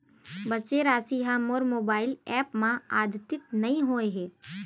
बचे राशि हा मोर मोबाइल ऐप मा आद्यतित नै होए हे